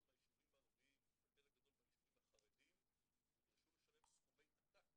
מהישובים הערביים וחלק 2גדול מהישובים החרדיים נדרשו לשלם סכומי עתק